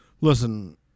Listen